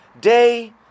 day